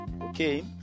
okay